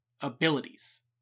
abilities